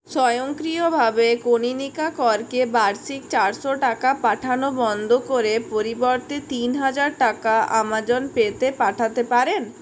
স্বয়ংক্রিয়ভাবে কনীনিকা কর কে বার্ষিক চারশো টাকা পাঠানো বন্ধ করে পরিবর্তে তিন হাজার টাকা আমাজন পে তে পাঠাতে পারেন